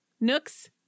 nooks